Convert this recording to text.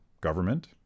government